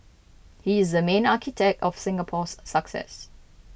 he is the main architect of Singapore's success